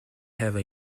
have